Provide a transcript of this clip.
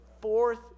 fourth